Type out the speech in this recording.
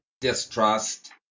distrust